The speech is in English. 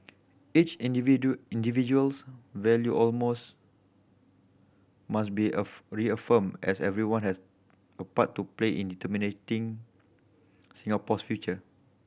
each individual's value almost must be a reaffirmed as everyone has a part to play in determining Singapore's future